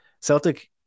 Celtic